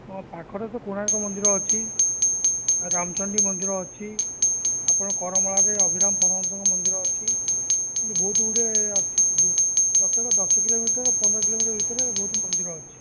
ହଁ ପାଖରେ ତ କୋଣାର୍କମନ୍ଦିର ଅଛି ଆଉ ରାମଚଣ୍ଡୀମନ୍ଦିର ଅଛି ଆପଣଙ୍କ କରମଙ୍ଗାରେ ଅଭିରାମପରମହଂସଙ୍କ ମନ୍ଦିର ଅଛି ଏମିତି ବହୁତ ଗୁଡ଼ିଏ ଅଛି ପ୍ରତ୍ୟେକ ଦଶକିଲୋ ମିଟର ପନ୍ଦରକିଲୋ ମିଟର ଭିତରେ ବହୁତ ମନ୍ଦିର ଅଛି